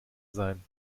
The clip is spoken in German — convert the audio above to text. sein